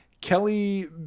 Kelly